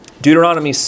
Deuteronomy